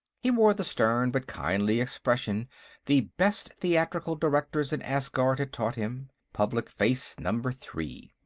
he wore the stern but kindly expression the best theatrical directors in asgard had taught him public face number three.